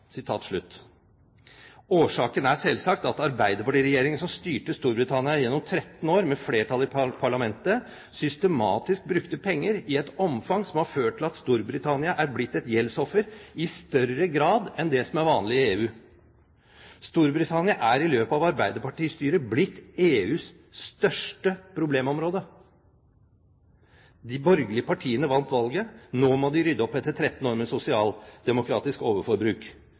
Årsaken er selvsagt at arbeiderpartiregjeringen som styrte Storbritannia gjennom 13 år med flertall i parlamentet, systematisk brukte penger i et omfang som har ført til at Storbritannia er blitt et gjeldsoffer i større grad enn det som er vanlig i EU. Storbritannia er i løpet av arbeiderpartistyret blitt EUs største problemområde. De borgerlige partiene vant valget. Nå må de rydde opp etter 13 år med sosialdemokratisk overforbruk.